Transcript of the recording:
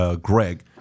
Greg